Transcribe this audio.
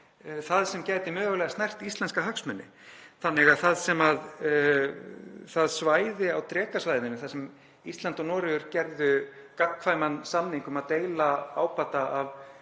það sem gæti mögulega snert íslenska hagsmuni þannig að það svæði á Drekasvæðinu, þar sem Ísland og Noregur gerðu gagnkvæman samning um að deila ábata af